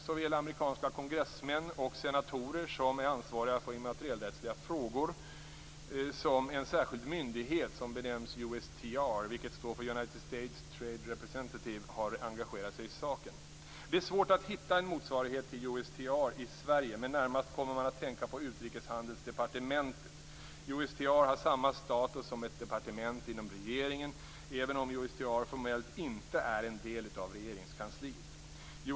Såväl amerikanska kongressmän och senatorer, som är ansvariga för immaterialrättsliga frågor, som en särskild myndighet som benämns USTR, vilket står för United States Trade Representative, har engagerat sig i saken. Det är svårt att hitta en motsvarighet till USTR i Sverige, men närmast kommer man att tänka på utrikeshandelsdepartementet. USTR har samma status som ett departement inom regeringen, även om USTR formellt inte är en del av Regeringskansliet.